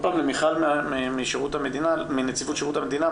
שוב למיכל מנציבות שירות המדינה,